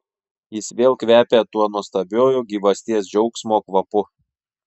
jis vėl kvepia tuo nuostabiuoju gyvasties džiaugsmo kvapu